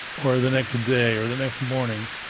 or the next day, or the next morning,